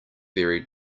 buried